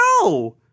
No